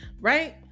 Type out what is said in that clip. Right